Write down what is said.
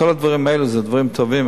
כל הדברים האלה הם דברים טובים,